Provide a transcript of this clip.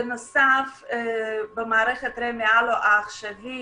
בנוסף, במערכת --- העכשווית